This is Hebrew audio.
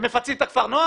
הם מפצים את הכפר נוער?